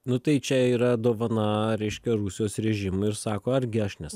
nu tai čia yra dovana reiškia rusijos režimui ir sako argi aš nesakiau